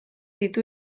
ditu